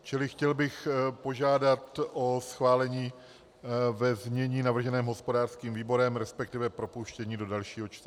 Čili chtěl bych požádat o schválení ve znění navrženém hospodářským výborem, resp. propuštění do dalšího čtení.